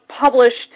published